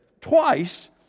twice